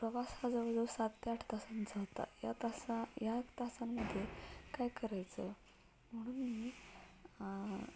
प्रवासाचा जवळजवळ सात ते आठ तासांचा होता या तासा या तासांमध्ये काय करायचं म्हणून मी